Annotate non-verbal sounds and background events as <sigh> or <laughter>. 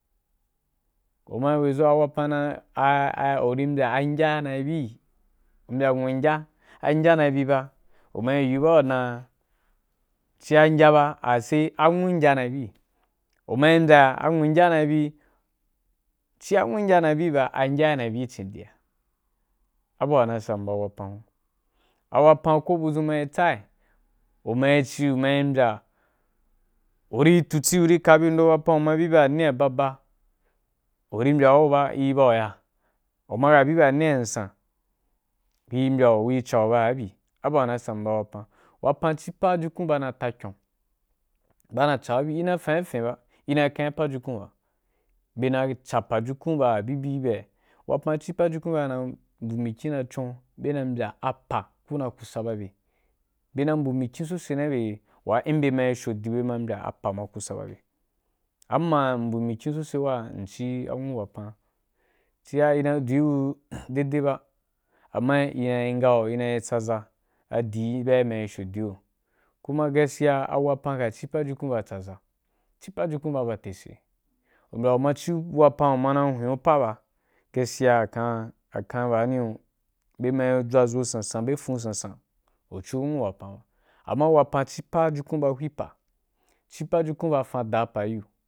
Uma weizo a wapan na a’ a’ uri mbya angya na yi bi mbya nwu ngya, angya na yi bi fa, u mayi yiu bauma ciya angya ba ase anwu angya na bi, u ma yi mbya anwu angya naibu, angya i nai bi cin di ya abu wa na sam ba wapan hun. Awapan ko buzun mayi tsai, umaí ci, u mai mbya, uri tuci uri kabi ndo wapan, uma bí ba anni ya wa boba u ri mbya gu ba, ri bau ya, amma uma bi ba anniya wa san gu ri mbyau ku ri chan ba wa bibi. Abu wa na sam ba wapan-wapan ci pajukun ba ma ta kyon. Ba na chau ba wabibi, ina faifen ba, ina kain pajukun ba. Be na cha pajukun ba wa bibi gi byeya, wapan ci pajukun ba na mbu mikin na chon, byena mbya apa kuna kusa ba be. Bye na mbu mikin sosai gi bye wa inbye ma sho dibe in bema mbyaapa ma cì kusa ba be. Amma mbu mikin so sai wa inci anwu wapan. Cia i na du ī gu deidei ba amma ina nga o ina tsazai adi bye imma fyo di giro, kuma gaskiya wapan ka cipajukun ba tsaza, ci pajukun bu ba tsausayi, mba uma ci’u wapam uma na hwen apa ba gaskiya akan ba ni giyo byema yi dʒwazo sansan, be sansan u ci nwu wapan ba, amma wapan ci ba fan da pa yi gu. Kuri bi kun ba presiaa abu zhen ban ci ba gi uka kata. <unintelligible>